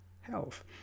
health